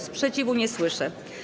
Sprzeciwu nie słyszę.